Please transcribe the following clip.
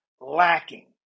lacking